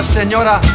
Señora